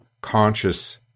conscious